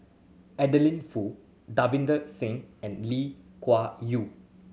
Adeline Foo Davinder Singh and Lee Yew